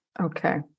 Okay